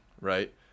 right